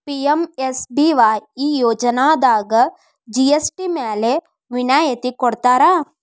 PMSBY ಈ ಯೋಜನಾದಾಗ GST ಮ್ಯಾಲೆ ವಿನಾಯತಿ ಕೊಡ್ತಾರಾ